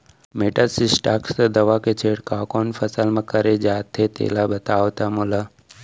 Metasystox दवा के छिड़काव कोन फसल म करे जाथे तेला बताओ त मोला?